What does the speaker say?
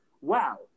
wow